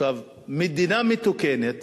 מדינה מתוקנת